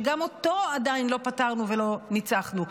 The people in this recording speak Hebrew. שגם אותו עדיין לא פתרנו ולא ניצחנו.